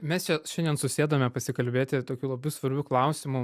mes čia šiandien susėdome pasikalbėti tokiu labai svarbiu klausimu